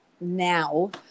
now